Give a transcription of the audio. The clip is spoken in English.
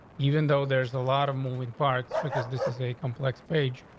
even though there's a lot of moving parts because this is a complex page.